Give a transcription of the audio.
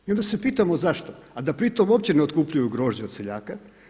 I onda se pitamo zašto a da pri tome uopće ne otkupljuju grožđe od seljaka.